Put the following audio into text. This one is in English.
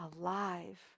alive